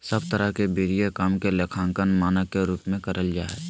सब तरह के वित्तीय काम के लेखांकन मानक के द्वारा करल जा हय